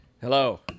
Hello